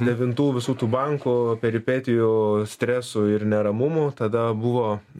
devintų visų tų bankų peripetijų stresų ir neramumų tada buvo